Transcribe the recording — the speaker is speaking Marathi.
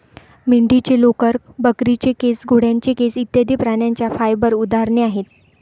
मेंढीचे लोकर, बकरीचे केस, घोड्याचे केस इत्यादि प्राण्यांच्या फाइबर उदाहरणे आहेत